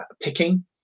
picking